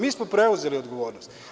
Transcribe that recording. Mi smo preuzeli odgovornost.